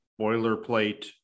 boilerplate